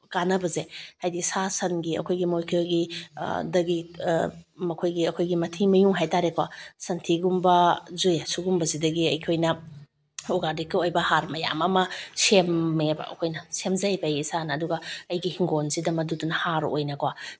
ꯀꯥꯅꯕꯁꯦ ꯍꯥꯏꯗꯤ ꯁꯥ ꯁꯟꯒꯤ ꯑꯩꯈꯣꯏꯒꯤ ꯃꯈꯣꯏꯒꯤ ꯗꯒꯤ ꯃꯈꯣꯏꯒꯤ ꯑꯩꯈꯣꯏꯒꯤ ꯃꯊꯤ ꯃꯌꯨꯡ ꯍꯥꯏ ꯇꯥꯔꯦꯀꯣ ꯁꯟꯊꯤꯒꯨꯝꯕꯁꯦ ꯁꯨꯒꯨꯝꯕꯁꯤꯗꯒꯤ ꯑꯩꯈꯣꯏꯅ ꯑꯣꯔꯒꯥꯅꯤꯛꯀꯤ ꯑꯣꯏꯕ ꯍꯥꯔ ꯃꯌꯥꯝ ꯑꯃ ꯁꯦꯝꯃꯦꯕ ꯑꯩꯈꯣꯏꯅ ꯁꯦꯝꯖꯩꯑꯕ ꯑꯩ ꯏꯁꯥꯅ ꯑꯗꯨꯒ ꯑꯩꯒꯤ ꯏꯪꯈꯣꯜꯁꯤꯗ ꯃꯗꯨꯗꯨꯅ ꯍꯥꯔ ꯑꯣꯏꯅꯀꯣ